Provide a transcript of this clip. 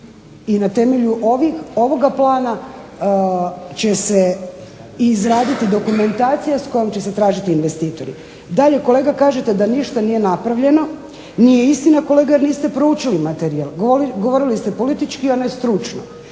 i na temelju ovog plana će se izraditi dokumentacija s kojom će se tražiti investitori. Dalje, kažete kolega da ništa nije napravljeno, nije istina jer niste proučili materijal. Govorili ste politički a ne stručno.